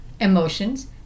emotions